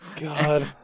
God